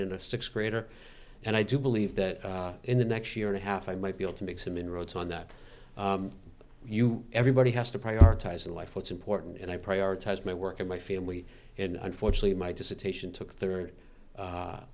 the sixth grader and i do believe that in the next year and a half i might be able to make some inroads on that you everybody has to prioritize in life what's important and i prioritize my work and my family and unfortunately my dissertation took third